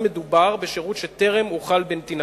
אם מדובר בשירות שטרם הוחל בנתינתו.